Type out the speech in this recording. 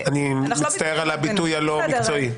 אני מצטער על הביטוי הלא מקצועי.